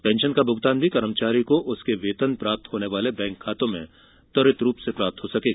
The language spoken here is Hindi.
पेंशन का भुगतान भी कर्मचारी को उसके वेतन प्राप्त होने वाले बैंक खातों में त्वरित रूप से प्राप्त हो सकेगा